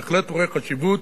בהחלט רואה חשיבות.